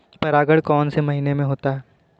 परागण कौन से महीने में होता है?